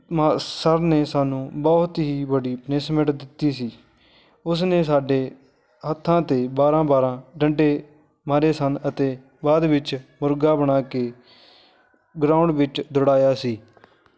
ਮਾ ਸਰ ਨੇ ਸਾਨੂੰ ਬਹੁਤ ਹੀ ਬੜੀ ਪਨਿਸਮੈਂਟ ਦਿੱਤੀ ਸੀ ਉਸ ਨੇ ਸਾਡੇ ਹੱਥਾਂ 'ਤੇ ਬਾਰ੍ਹਾਂ ਬਾਰ੍ਹਾਂ ਡੰਡੇ ਮਾਰੇ ਸਨ ਅਤੇ ਬਾਅਦ ਵਿੱਚ ਮੁਰਗਾ ਬਣਾ ਕੇ ਗਰਾਊਂਡ ਵਿੱਚ ਦੌੜਾਇਆ ਸੀ